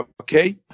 okay